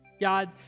God